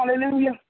Hallelujah